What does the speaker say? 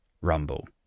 Rumble